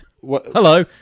hello